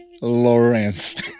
Lawrence